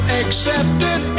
accepted